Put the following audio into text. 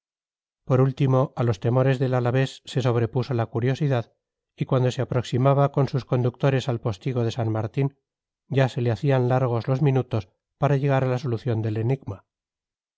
por último a los temores del alavés se sobrepuso la curiosidad y cuando se aproximaba con sus conductores al postigo de san martín ya se le hacían largos los minutos para llegar a la solución del enigma